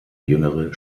jüngere